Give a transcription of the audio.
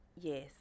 Yes